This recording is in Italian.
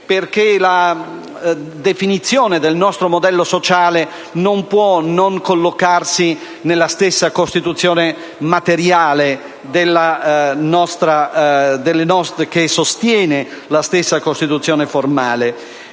perché la definizione del nostro modello sociale non può non collocarsi nella stessa Costituzione materiale che sostiene la stessa Costituzione formale.